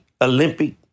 Olympic